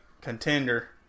contender